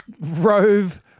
Rove